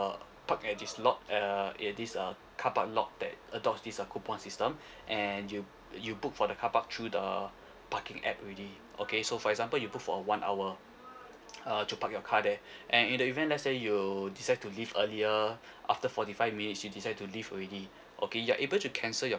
err park at this lot uh at this uh car park lot that adopt this uh coupon system and you you book for the car park through the parking app already okay so for example you book for a one hour uh to park your car there and in the event let say you decide to leave earlier after forty five minutes you decide to leave already okay you're able to cancel your